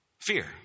Fear